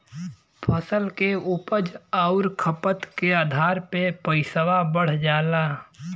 फसल के उपज आउर खपत के आधार पे पइसवा बढ़ जाला